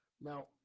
Now